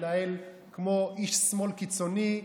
מתנהל כמו איש שמאל קיצוני.